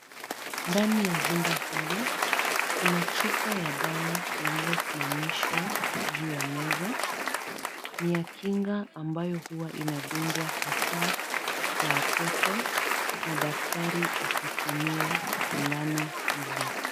Ndani ya jumba hili, kuna chupa ya dawa lililosimamishwa juu ya meza. Ni ya kinga ambayo huwa inadungwa hasaa kwa watoto na daktari akitumia sindano hizo.